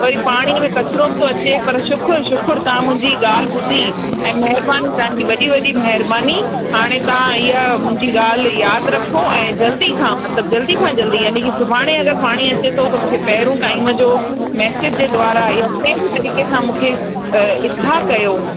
वरी पाणीअ में कचिरो बि थो अचे पर शुख़ुरु शुख़ुरु तव्हां मुंहिंजी ॻाल्हि ॿुधी ऐं महिरबानी तव्हांजी वॾी वॾी महिरबानी हाणे तव्हां ईअं मुंहिंजी ॻाल्हि यादि रखो ऐं जल्दी खां मतलबु जल्दी खां जल्दी यानी कि सुभाणे अगरि पाणी अचे थो त मूंखे पहिरों टाइम जो मैसिज जे द्वारा या कंहिं बि तरीक़े सां मूंखे इतिलाहु कयो